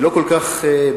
היא לא כל כך ברורה.